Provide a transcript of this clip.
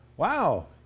wow